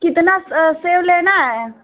कितना सेब लेना है